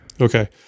Okay